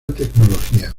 tecnología